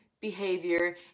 behavior